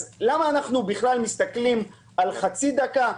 אז למה אנחנו בכלל מסתכלים על חצי דקה?